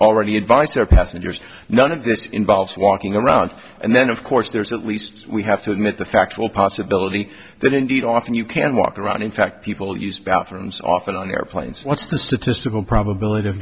passengers none of this involves walking around and then of course there's at least we have to admit the factual possibility that indeed often you can walk around in fact people use bathrooms often on airplanes once the statistical probability of